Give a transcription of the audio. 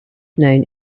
known